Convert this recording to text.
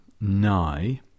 nigh